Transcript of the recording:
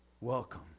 Welcome